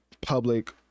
public